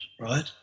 Right